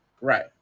right